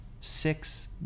six